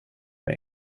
med